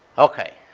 okay.